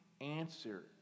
answer